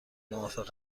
موافق